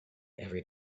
every